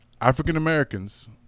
African-Americans